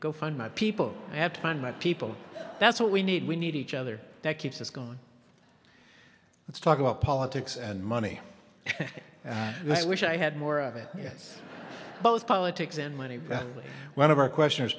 go find my people i have to find my people that's what we need we need each other that keeps us gone let's talk about politics and money and i wish i had more of it yes both politics and money one of our question